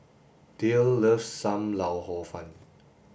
Dayle loves Sam Lau Hor Fun